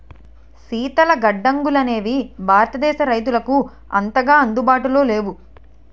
శీతల గడ్డంగులనేవి భారతదేశ రైతులకు అంతగా అందుబాటులో లేవు